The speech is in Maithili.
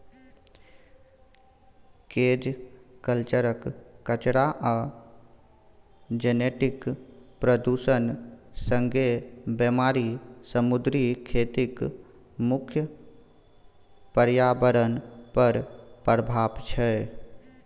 केज कल्चरक कचरा आ जेनेटिक प्रदुषण संगे बेमारी समुद्री खेतीक मुख्य प्रर्याबरण पर प्रभाब छै